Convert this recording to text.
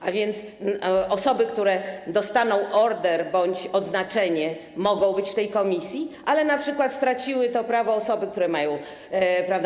A więc osoby, które dostaną order bądź odznaczenie, mogą być w tej komisji, ale np. straciły to prawo osoby, które mają, prawda.